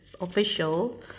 official